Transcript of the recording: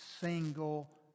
single